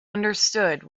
understood